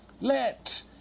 Let